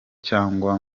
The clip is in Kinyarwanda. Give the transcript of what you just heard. cyangwa